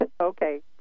Okay